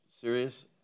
serious